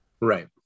right